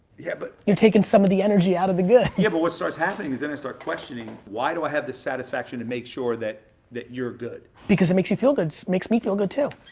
yeah, but you're taking some of the energy out of the good. yeah, but what starts happening is then i start questioning why do i have this satisfaction to make sure that that you're good? because it makes you feel good. it makes me feel good too.